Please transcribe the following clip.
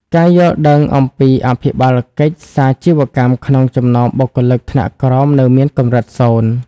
ការយល់ដឹងអំពីអភិបាលកិច្ចសាជីវកម្មក្នុងចំណោមបុគ្គលិកថ្នាក់ក្រោមនៅមានកម្រិតសូន្យ។